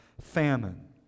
famine